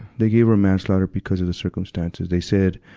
they gave her manslaughter because of the circumstances. they said,